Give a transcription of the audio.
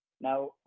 Now